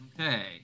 Okay